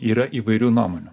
yra įvairių nuomonių